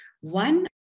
One